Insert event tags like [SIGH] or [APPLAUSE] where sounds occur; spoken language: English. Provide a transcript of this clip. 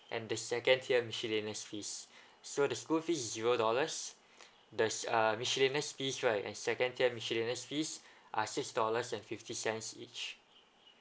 and the second tier miscellaneous fees [BREATH] so the school fee is zero dollars there's uh miscellaneous fees right and second tier miscellaneous fees are six dollars and fifty cents each